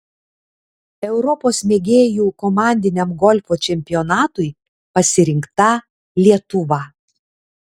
europos mėgėjų komandiniam golfo čempionatui pasirinkta lietuva